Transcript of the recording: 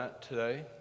today